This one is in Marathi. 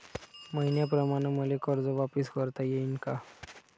मईन्याप्रमाणं मले कर्ज वापिस करता येईन का?